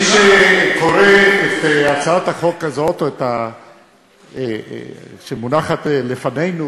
מי שקורא את הצעת החוק הזאת שמונחת לפנינו